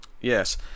Yes